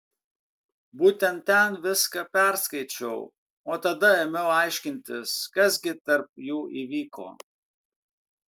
būtent ten viską perskaičiau o tada ėmiau aiškintis kas gi tarp jų įvyko